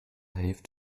hilft